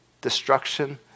destruction